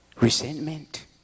Resentment